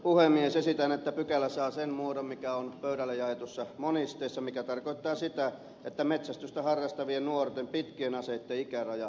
esitän että pykälä saa sen muodon mikä on pöydille jaetussa monisteessa mikä tarkoittaa sitä että metsästystä harrastavien nuorten pitkien aseitten ikäraja säilyy ennallaan